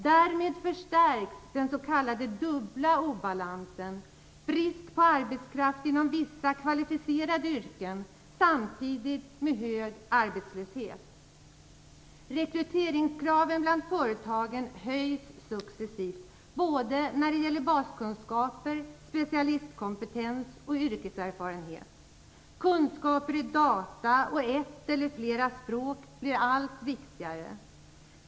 Därmed förstärks den s.k. dubbla obalansen: brist på arbetskraft inom vissa kvalificerade yrken och samtidigt hög arbetslöshet. Rekryteringskraven bland företagen höjs successivt när det gäller baskunskaper, specialistkompetens och yrkeserfarenhet. Kunskaper i data och ett eller flera språk blir allt viktigare.